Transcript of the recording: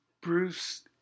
Bruce